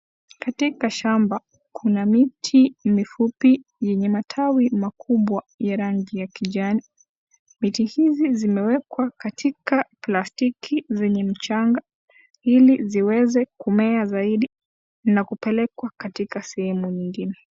Katika shamba kuna miti mfupi yenye matawi makubwa ya rangi ya kijani. Miti hizi zimewekwa katika plastiki zenye mchanga. Ili ziweze kumea zaidi na kupelekwa katika sehemu nyingine.